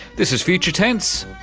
this is future tense.